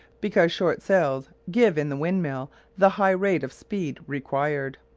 because short sails give in the windmill the high rate of speed required.